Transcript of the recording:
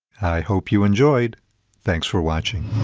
i hope you enjoyed thanks for watching!